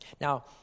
Now